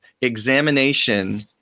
examination